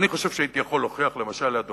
אני חושב שהייתי יכול להוכיח לאדוני,